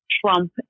Trump